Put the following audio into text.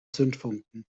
zündfunken